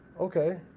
Okay